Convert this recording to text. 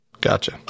Gotcha